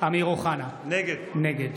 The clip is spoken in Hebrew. אמיר אוחנה, נגד